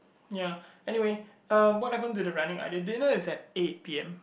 ya anyway um what happened to the running idea did you know it's at eight P_M